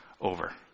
over